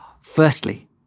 Firstly